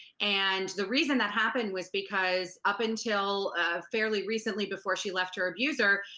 and the reason that happened was because up until fairly recently, before she left her abuser,